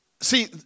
see